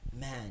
man